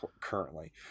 currently